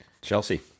Chelsea